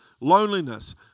loneliness